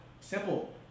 simple